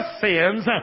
sins